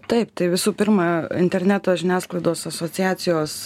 taip tai visų pirma interneto žiniasklaidos asociacijos